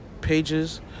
pages